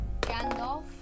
Gandalf